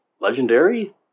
Legendary